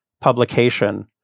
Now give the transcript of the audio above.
publication